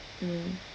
mm